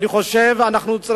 אני חושב שאנחנו,